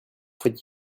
faut